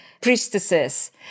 priestesses